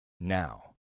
now